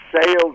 sales